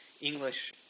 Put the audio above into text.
English